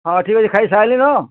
ହଁ ଠିକ୍ ଅଛେ ଖାଇ ସାଏଲିନ